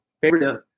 favorite